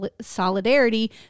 solidarity